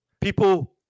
people